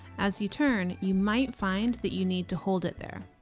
as you turn, you might find that you need to hold it there